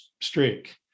streak